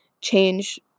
change